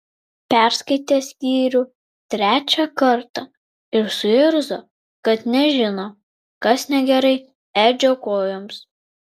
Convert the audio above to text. perskaitė skyrių trečią kartą ir suirzo kad nežino kas negerai edžio kojoms